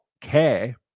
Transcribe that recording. care